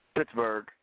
Pittsburgh